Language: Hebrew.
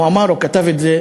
הוא אמר או כתב את זה,